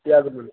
యాగగు మండి